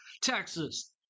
Texas